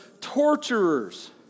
torturers